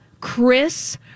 Chris